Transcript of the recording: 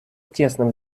тесно